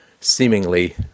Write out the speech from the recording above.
seemingly